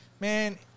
Man